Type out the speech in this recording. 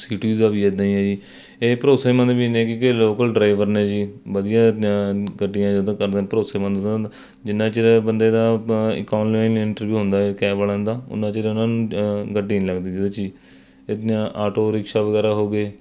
ਸੀ T U ਦਾ ਵੀ ਇੱਦਾਂ ਹੀ ਹੈ ਜੀ ਇਹ ਭਰੋਸੇਮੰਦ ਵੀ ਨੇ ਕਿਉਂਕਿ ਲੋਕਲ ਡਰਾਈਵਰ ਨੇ ਜੀ ਵਧੀਆ ਗੱਡੀਆਂ ਜਦੋਂ ਕਰਦੇ ਭਰੋਸੇਮੰਦ ਹਨ ਜਿੰਨਾ ਚਿਰ ਬੰਦੇ ਦਾ ਆਪਾਂ ਇੱਕ ਔਨਲਾਈਨ ਇੰਟਰਵਿਊ ਹੁੰਦਾ ਹੈ ਕੈਬ ਵਾਲਿਆਂ ਦਾ ਓਨਾ ਚਿਰ ਉਹਨਾਂ ਨੂੰ ਗੱਡੀ ਨਹੀਂ ਲੱਗਦੀ ਜਿਹਦੇ 'ਚ ਜੀ ਇੱਦਾਂ ਆਟੋ ਰਿਕਸ਼ਾ ਵਗੈਰਾ ਹੋ ਗਏ